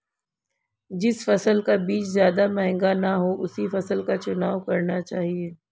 जिस फसल का बीज ज्यादा महंगा ना हो उसी फसल का चुनाव करना चाहिए